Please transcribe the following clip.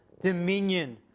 dominion